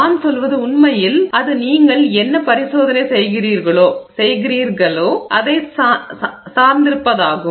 நான் சொல்வது உண்மையில் அது நீங்கள் என்ன பரிசோதனை செய்கிறீர்களோ அதை சார்ந்திருப்பதாகும்